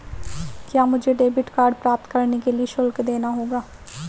क्या मुझे debit card प्राप्त करने के लिए शुल्क देना होगा?